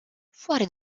fuori